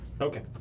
Okay